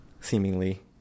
seemingly